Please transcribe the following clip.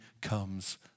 comes